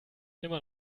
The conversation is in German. immer